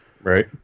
Right